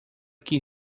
que